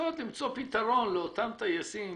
ולנסות למצוא פתרון לאותם טייסים